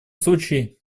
случае